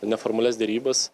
neformalias derybas